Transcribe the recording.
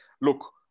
look